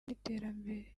n’iterambere